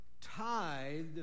tithed